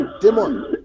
demon